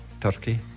Turkey